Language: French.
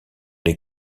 les